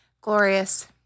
Glorious